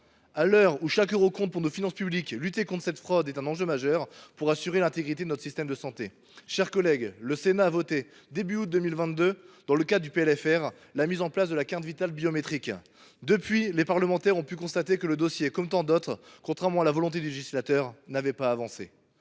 À l’heure où chaque euro compte pour nos finances publiques, lutter contre cette fraude est un enjeu majeur pour assurer l’intégrité de notre système de santé. Mes chers collègues, le Sénat a voté au début du mois d’août 2022, dans le cadre du projet de loi de finances rectificative, la mise en place de la carte Vitale biométrique. Depuis lors, les parlementaires ont pu constater que ce dossier, comme tant d’autres et contrairement à la volonté du législateur, n’avait pas avancé.